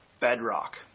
Bedrock